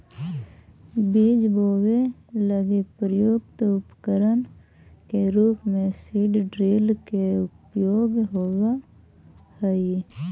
बीज बोवे लगी प्रयुक्त उपकरण के रूप में सीड ड्रिल के उपयोग होवऽ हई